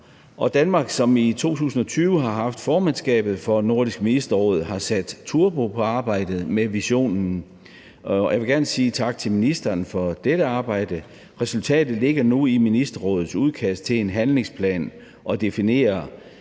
Danmark, som i 2020, har haft formandskabet for Nordisk Ministerråd, har sat turbo på arbejdet med visionen. Jeg vil gerne sige tak til ministeren for dette arbejde. Resultatet ligger nu i Nordisk Ministerråds udkast til en handlingsplan og definerer,